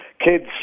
kids